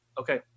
Okay